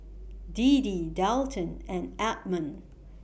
Deedee Dalton and Edmon